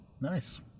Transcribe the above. Nice